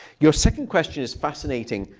your second question is fascinating.